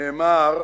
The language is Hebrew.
נאמר: